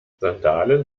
sandalen